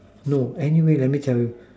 no anyway let me check with